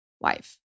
wife